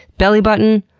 bellybutton?